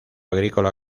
agrícola